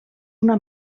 una